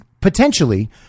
potentially